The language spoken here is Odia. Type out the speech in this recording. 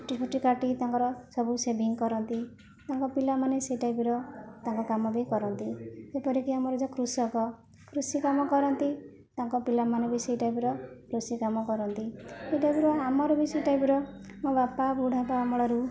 ଚୁଟିଫୁଟି କାଟିକି ତାଙ୍କର ସବୁ ଶେଭିଂ କରନ୍ତି ତାଙ୍କ ପିଲାମାନେ ସେହି ଟାଇପ୍ର ତାଙ୍କ କାମ ବି କରନ୍ତି ଏପରିକି ଆମର ଯେ କୃଷକ କୃଷି କାମ କରନ୍ତି ତାଙ୍କ ପିଲାମାନେ ବି ସେହି ଟାଇପ୍ର କୃଷି କାମ କରନ୍ତି ଏ ଟାଇପ୍ର ଆମର ବି ସେହି ଟାଇପ୍ର ମୋ ବାପା ବୁଢ଼ାବାପା ଅମଳରୁ